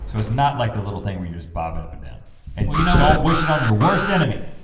so it's not like the little thing where you're just bobbing up and down and well you know what don't wish it on your worst enemy.